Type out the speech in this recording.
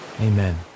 amen